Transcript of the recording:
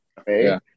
okay